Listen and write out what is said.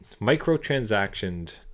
microtransactioned